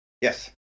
Yes